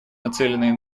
нацеленные